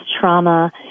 trauma